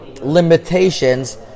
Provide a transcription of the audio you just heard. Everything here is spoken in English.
limitations